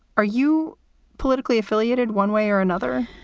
are you politically affiliated one way or another?